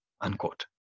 unquote